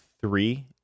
three